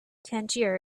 tangier